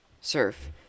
Surf